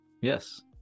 Yes